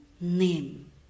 name